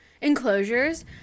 enclosures